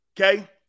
Okay